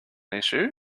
issue